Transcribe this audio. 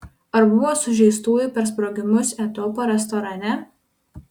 ar buvo sužeistųjų per sprogimus etiopo restorane